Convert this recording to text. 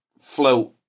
float